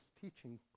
teaching